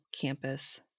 campus